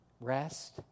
Rest